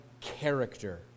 character